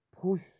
push